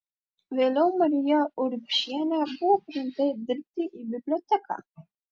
vėliau marija urbšienė buvo priimta dirbti į biblioteką